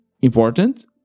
important